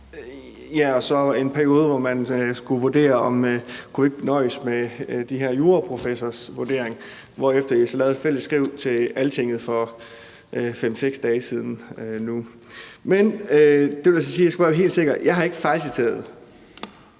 var der en periode, hvor man skulle vurdere, om man ikke kunne nøjes med de her juraprofessorers vurdering, hvorefter man lavede et fælles skriv til Altinget for 5-6 dage siden. Men det vil så sige – jeg skal bare være helt sikker: Jeg har ikke fejlciteret